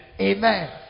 Amen